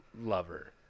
lover